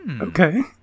Okay